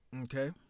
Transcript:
Okay